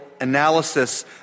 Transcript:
analysis